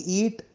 eat